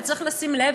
וצריך לשים לב.